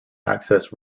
access